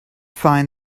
find